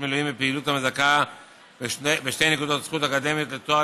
מילואים כפעילות המזכה בשתי נקודות זכות אקדמיות לתואר,